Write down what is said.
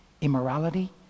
immorality